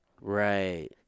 right